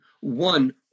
one